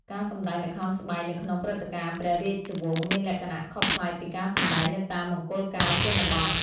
ការសម្តែងល្ខោនស្បែកនៅក្នុងព្រឹត្តិការណ៍ព្រះរាជវង្សមានលក្ខណៈខុសប្លែកពីការសម្តែងនៅតាមមង្គលការជនបទ។